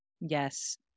Yes